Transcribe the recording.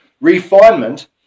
refinement